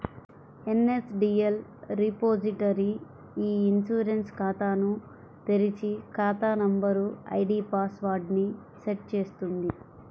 NSDL repository e insurance ఖాతాను తెరిచి, ఖాతా నంబర్, ఐడీ పాస్ వర్డ్ ని సెట్ చేస్తుంది